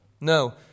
No